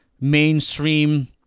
mainstream